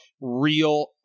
real